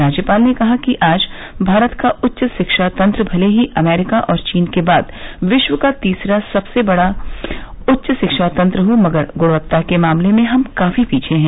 राज्यपाल ने कहा कि आज भारत का उच्च शिक्षा तंत्र भले ही अमेरिका और चीन के बाद विश्व का तीसरा सबसे बड़ा उच्च शिक्षा तंत्र हो मगर गृणवत्ता के मामले में हम काफी पीछे हैं